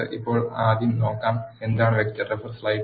നമുക്ക് ഇപ്പോൾ ആദ്യം നോക്കാം എന്താണ് വെക്റ്റർ